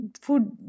food